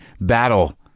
battle